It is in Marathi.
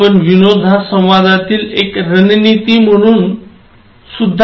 आपण विनोद हा संवादातील एक रणनीती म्हणून वापरू शकतो का